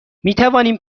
میتوانیم